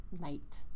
night